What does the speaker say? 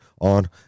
on